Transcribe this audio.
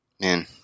Man